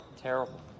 Terrible